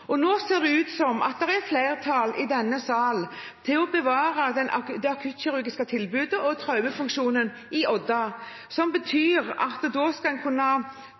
Nå ser det ut som at det er flertall i denne sal for å bevare det akuttkirurgiske tilbudet og traumefunksjonen i Odda, noe som betyr at en da skal kunne